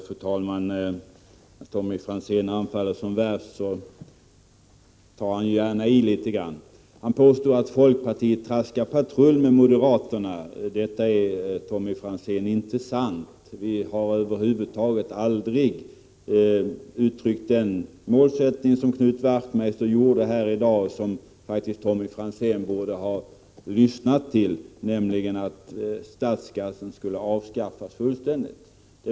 Fru talman! När Tommy Franzén anfaller som värst tar han ju i litet grand. Han påstår att folkpartiet traskar patrull med moderaterna. Detta är inte sant, Tommy Franzén. Vi har över huvud taget aldrig uttryckt den målsättning som Knut Wachtmeister presenterade i dag och som Tommy Franzén faktiskt borde ha uppmärksammat, nämligen att statsskatten borde avskaffas fullständigt.